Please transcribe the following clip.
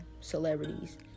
celebrities